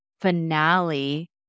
finale